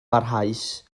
barhaus